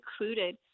included